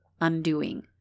Undoing